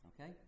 Okay